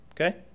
okay